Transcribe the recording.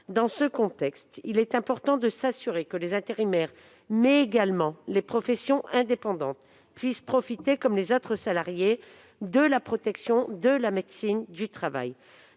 Dans ce contexte, il importe de s'assurer que les intérimaires, mais également les professions indépendantes puissent profiter, comme les autres salariés, de la protection de la médecine du travail.